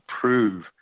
prove